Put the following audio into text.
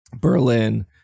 Berlin